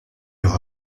aura